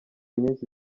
nyinshi